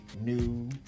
New